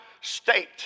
state